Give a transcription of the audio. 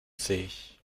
sich